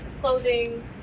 clothing